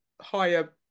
higher